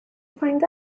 find